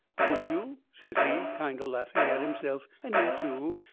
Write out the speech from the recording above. would you? says he, kind o' laughing at himself and me too,